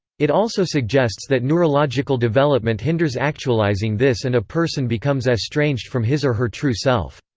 it also suggests that neurological development hinders actualizing this and a person becomes estranged from his or her true self.